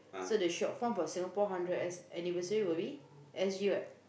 so the short form for Singapore hundred anniversary would be S_G what